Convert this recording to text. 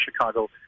Chicago